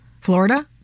Florida